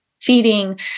feeding